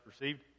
received